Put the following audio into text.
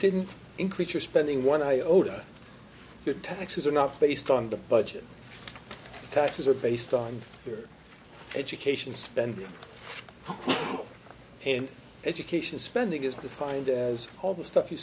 didn't increase your spending one iota good taxes are not based on the budget taxes are based on your education spending and education spending is defined as all the stuff you